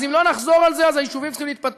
אז אם לא נחזור על זה, אז היישובים צריכים להתפתח.